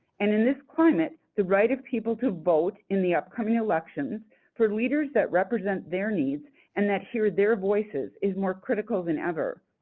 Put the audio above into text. and in this climate the right of people to vote in the upcoming elections for leaders that represent their needs and that and hear their voices is more critical than ever.